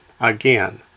Again